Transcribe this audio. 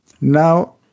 Now